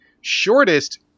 shortest